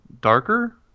darker